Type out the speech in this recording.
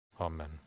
Amen